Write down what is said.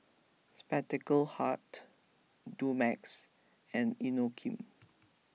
Spectacle Hut Dumex and Inokim